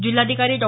जिल्हाधिकारी डॉ